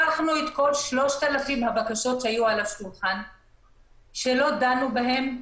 לקחנו את כל 3,000 הבקשות שהיו על השולחן ולא דנו בהן,